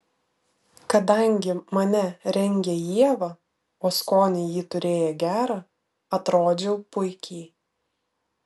kadangi mane rengė ieva o skonį ji turėjo gerą atrodžiau puikiai